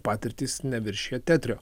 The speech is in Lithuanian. patirtis neviršija tetrio